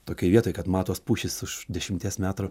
tokioj vietoj kad matos pušys už dešimties metrų